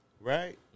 Right